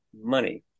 money